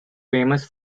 famous